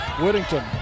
Whittington